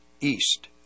East